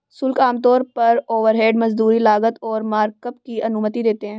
शुल्क आमतौर पर ओवरहेड, मजदूरी, लागत और मार्कअप की अनुमति देते हैं